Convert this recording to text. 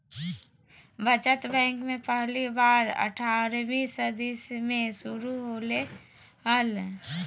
बचत बैंक पहली बार अट्ठारहवीं सदी में शुरू होले हल